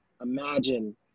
imagine